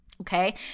Okay